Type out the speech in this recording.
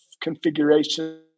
configuration